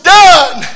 done